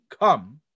come